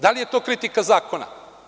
Da li je to kritika zakona?